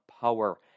power